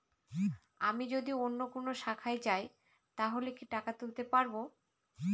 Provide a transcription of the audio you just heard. আমি যদি অন্য কোনো শাখায় যাই তাহলে কি টাকা তুলতে পারব?